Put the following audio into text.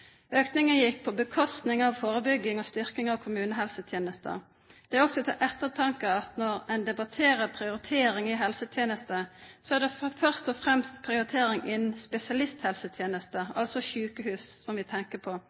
Økningen gikk på bekostning av forebygging og styrking av kommunehelsetjenesten. Det er også til ettertanke at når en debatterer prioritering i helsetjenesten, er det først og fremst prioritering innen spesialisthelsetjenesten, altså sykehus, vi tenker på.